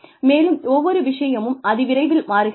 மேலும் ஒவ்வொரு விஷயமும் அதி விரைவில் மாறுகின்றன